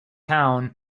family